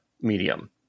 medium